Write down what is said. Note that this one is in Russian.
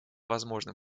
возможным